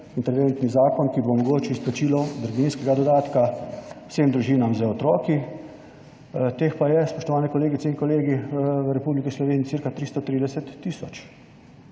interventni zakon, ki bo omogočil izplačilo družinskega dodatka vsem družinam z otroki. Teh pa je, spoštovane kolegice in kolegi, v Republiki Sloveniji cirka 330 tisoč.